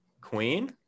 queen